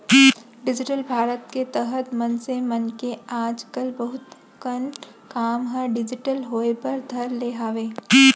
digital Bharat के तहत मनसे मन के आज कल बहुत कन काम ह डिजिटल होय बर धर ले हावय